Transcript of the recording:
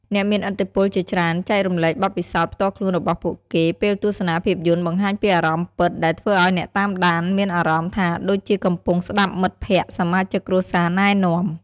អ្នកមានឥទ្ធិពលជាច្រើនចែករំលែកបទពិសោធន៍ផ្ទាល់ខ្លួនរបស់ពួកគេពេលទស្សនាភាពយន្ត បង្ហាញពីអារម្មណ៍ពិត ដែលធ្វើឱ្យអ្នកតាមដានមានអារម្មណ៍ថាដូចជាកំពុងស្តាប់មិត្តភក្តិសមាជិកគ្រួសារណែនាំ។